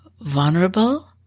vulnerable